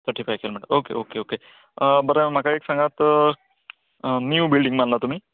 थटी five kilometre okay okay okay बरें म्हाका एक सांगात नीव बिल्डींग बांदलात तुमी